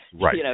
Right